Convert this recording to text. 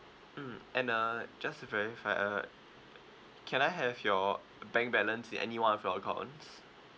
mm and uh just to verify uh can I have your bank balance in any one of your accounts